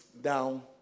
down